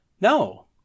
No